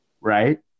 right